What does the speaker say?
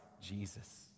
Jesus